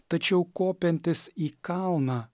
tačiau kopiantis į kalną